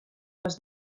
les